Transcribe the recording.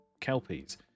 kelpies